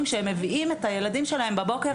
כשהם מביאים את הילדים שלהם בבוקר לגן.